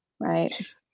right